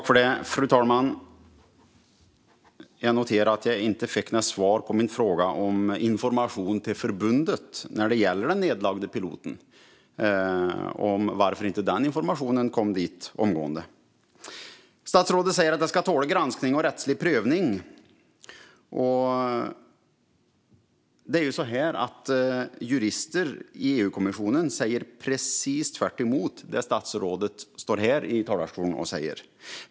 Fru talman! Jag noterar att jag inte fick något svar på min fråga om information till förbundet när det gäller den nedlagda piloten, det vill säga varför den informationen inte kom dit omgående. Statsrådet säger att systemet ska tåla granskning och rättslig prövning. Det är ju så att jurister i EU-kommissionen säger precis motsatsen till det statsrådet står här i talarstolen och säger.